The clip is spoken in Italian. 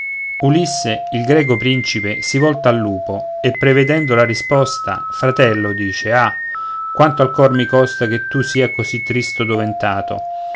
ulisse il greco principe si volta al lupo e prevenendo la risposta fratello dice ah quanto al cor mi costa che tu sia così tristo doventato